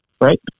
right